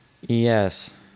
Yes